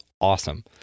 awesome